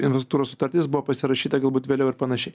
infrastruktūros sutartis buvo pasirašyta galbūt vėliau ir panašiai